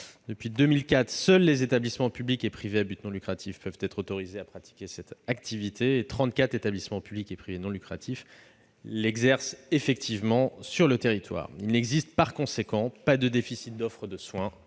Depuis 2004, seuls les établissements publics et privés à but non lucratif peuvent être autorisés à pratiquer cette activité ; 34 établissements de ce type l'exercent effectivement sur le territoire. Par conséquent, il n'existe pas de déficit d'offre de soins